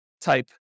type